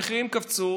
המחירים קפצו,